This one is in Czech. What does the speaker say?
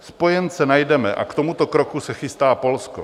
Spojence najdeme a k tomuto kroku se chystá Polsko.